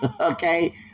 okay